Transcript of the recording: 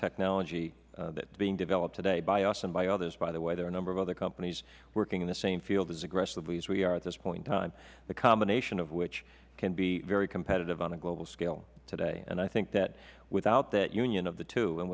technology being developed today by us and by others by the way there are a number of other companies working in the same field as aggressively as we are at this point in time the combination of which can be very competitive on the global scale today and i think that without that union of the two and